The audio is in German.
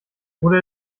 oder